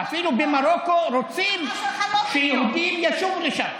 אפילו במרוקו רוצים שיהודים ישובו לשם.